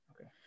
Okay